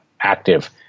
active